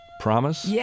Promise